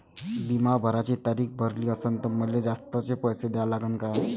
बिमा भराची तारीख भरली असनं त मले जास्तचे पैसे द्या लागन का?